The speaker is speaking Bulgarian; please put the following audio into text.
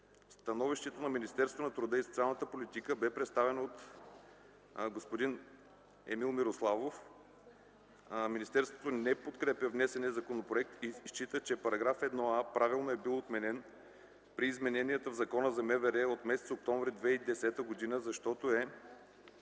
Становището на Министерството на труда и социалната политика бе представено от господин Емил Мирославов. Министерството не подкрепя внесения законопроект и счита, че § 1а правилно е бил отменен при измененията в Закона за МВР от м. октомври 2010 г., защото с